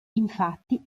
infatti